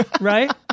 Right